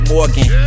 Morgan